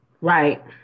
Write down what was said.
Right